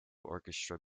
orchestral